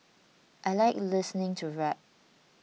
I like listening to rap